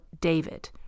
David